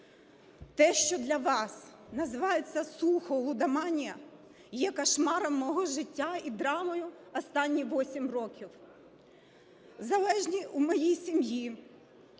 Те, що для вас називається сухо – лудоманія, є кошмаром мого життя і драмою останніх 8 років. Залежний у моїй сім'ї